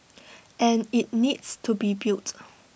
and IT needs to be built